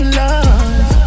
love